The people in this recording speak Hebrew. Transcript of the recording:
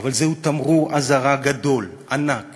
אבל זהו תמרור אזהרה גדול, ענק